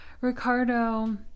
Ricardo